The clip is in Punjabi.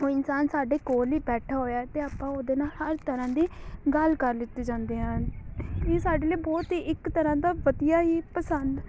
ਉਹ ਇਨਸਾਨ ਸਾਡੇ ਕੋਲ ਹੀ ਬੈਠਾ ਹੋਇਆ ਅਤੇ ਆਪਾਂ ਉਹਦੇ ਨਾਲ ਹਰ ਤਰ੍ਹਾਂ ਦੀ ਗੱਲ ਕਰ ਲਿੱਤੀ ਜਾਂਦੇ ਹਨ ਇਹ ਸਾਡੇ ਲਈ ਬਹੁਤ ਹੀ ਇੱਕ ਤਰ੍ਹਾਂ ਦਾ ਵਧੀਆ ਹੀ ਪਸੰਦ